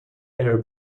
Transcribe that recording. air